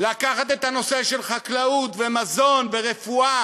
לקחת את הנושא של חקלאות ומזון ורפואה